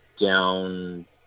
down